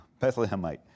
Bethlehemite